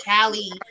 Callie